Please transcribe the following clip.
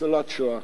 ניצולת שואה,